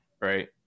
right